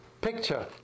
picture